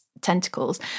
tentacles